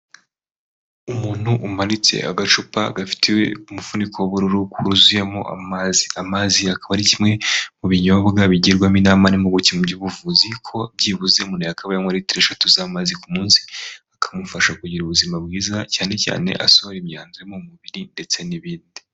Umuntu umanitse agacupa gafite umufuniko w'ubururu kuzuyemo amazi, amazi akaba ari kimwe mu binyobwa bigirwamo inama n'impuguke muby'ubuvuzi ko byibuze umuntu akabaye muriliti eshatu z'amazi ku munsi akamufasha kugira ubuzima bwiza cyane cyane asohora imyanda yo mu mubiri ndetse n'ibindi.